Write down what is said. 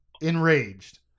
enraged